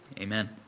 amen